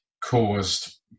caused